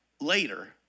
later